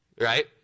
right